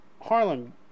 Harlem